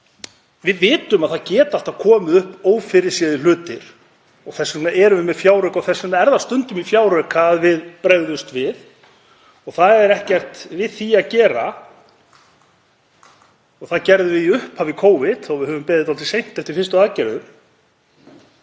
Við vitum að það geta alltaf komið upp ófyrirséðir hlutir. Þess vegna erum við með fjárauka og þess vegna er það stundum í fjárauka að við bregðumst við og ekkert við því að gera. Það gerðum við í upphafi Covid þó að við höfum beðið dálítið lengi eftir fyrstu aðgerðum.